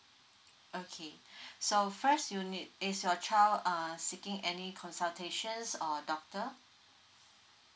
okay so first you need is your child err seeking any consultations or doctor